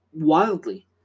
wildly